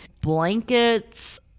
blankets